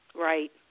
Right